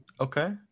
Okay